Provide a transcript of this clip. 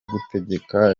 gutegeka